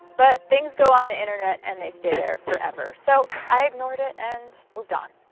but things go on the internet and they stay there forever. so, i ignored it and moved on.